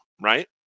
right